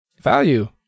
Value